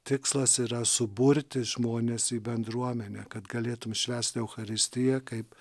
tikslas yra suburti žmones į bendruomenę kad galėtum švęst eucharistiją kaip